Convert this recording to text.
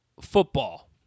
football